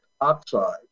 oxide